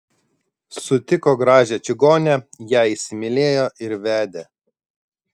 sutiko gražią čigonę ją įsimylėjo ir vedė